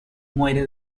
muere